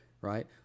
right